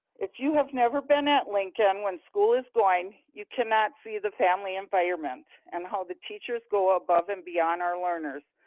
if you have never been at lincoln when school is going, you cannot see the family environment and how the teachers go above and beyond our learners.